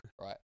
right